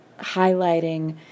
highlighting